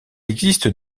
existe